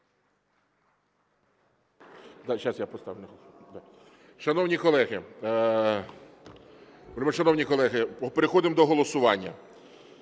вельмишановні колеги, переходимо до голосування.